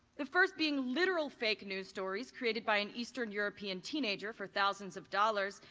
the first being literal fake news stories created by an eastern european teenagers for thousands of dollars.